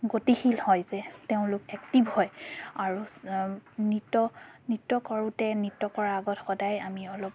গতিশীল হয় যে তেওঁলোক এক্টিভ হয় আৰু নৃত্য নৃত্য কৰোঁতে নৃত্য কৰাৰ আগত সদায় আমি অলপ